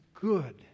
good